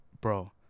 bro